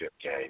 game